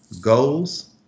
goals